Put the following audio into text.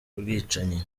bwicanyi